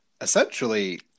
essentially